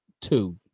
two